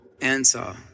answer